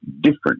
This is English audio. different